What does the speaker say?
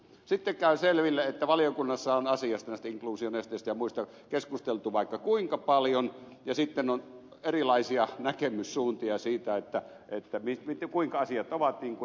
sitten käy selville että valiokunnassa on asiasta näistä infuusionesteistä ja muista keskusteltu vaikka kuinka paljon ja on erilaisia näkemyssuuntia siitä kuinka asiat ovat niin kuin ed